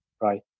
right